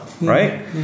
right